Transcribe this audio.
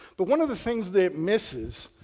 but one of the things that it misses,